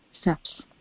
steps